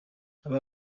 aba